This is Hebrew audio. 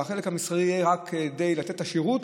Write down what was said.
והחלק המסחרי יהיה רק כדי לתת את השירות,